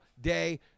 day